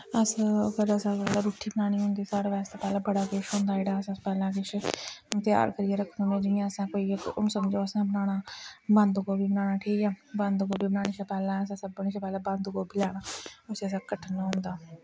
असें ओह् सारें कोला पैह्लें रुट्टी बनानी होंदी साढ़े बास्तै पैह्लें बड़ा किश होंदा जेह्ड़ा पैह्लें असें त्यार करियै रक्खने होन्ने हून जियां असें कोई इक जियां समझो असें बनाना बंद गोभी बनाना ठीक ऐ बंद गोभी बनाने शा पैह्लें असें सभनें शा पैह्लें बंद गोभी लैना उसी असें कट्टना होंदा